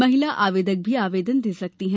महिला आवेदक भी आवेदन कर सकती हैं